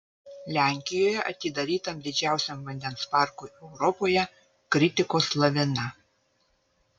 lenkijoje atidarytam didžiausiam vandens parkui europoje kritikos lavina